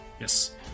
Yes